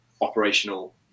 operational